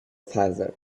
father